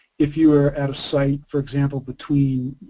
if you were at a site, for example between